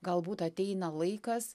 galbūt ateina laikas